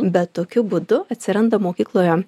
bet tokiu būdu atsiranda mokykloje